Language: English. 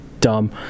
dumb